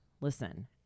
listen